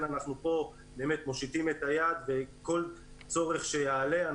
אנחנו כאן מושיטים את היד וכל צורך שיעלה,